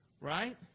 right